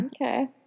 Okay